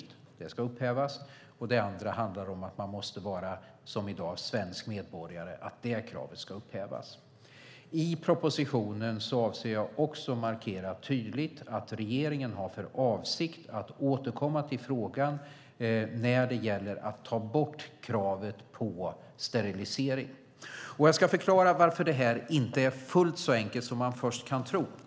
Det kravet ska upphävas. Det andra kravet handlar om att man i dag måste vara svensk medborgare. Det ska upphävas. I propositionen avser jag också att markera tydligt att regeringen har för avsikt att återkomma till frågan om att ta bort kravet på sterilisering. Jag ska förklara varför det här inte är fullt så enkelt som man först kan tro.